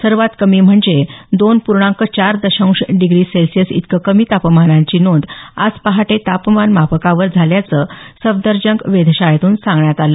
सर्वात कमी म्हणजे दोन पूर्णांक चार दशांश डिग्री सेल्सीयस इतकं कमी तापमानाची नोंद आज पहाटे तापमापकावर झाल्याचं सफदरजंग वेधशाळेतून सांगण्यात आलं